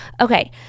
Okay